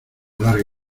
larga